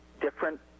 different